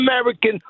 American